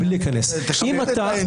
בלי להיכנס --- תכבד את האינטליגנציה שלנו.